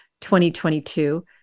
2022